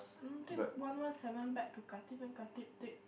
take one one seven back to Khatib then Khatib take